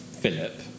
Philip